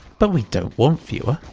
but we don't want fewer.